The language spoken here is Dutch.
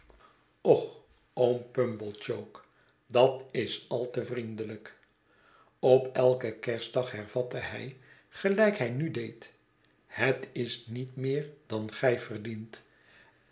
och oom pumblechook dat is al te vriendelijk op elken kerstdag hervatte hij gelijk hij nu deed het is niet meer dan gij verdient